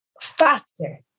faster